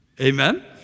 Amen